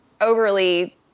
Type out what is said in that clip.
overly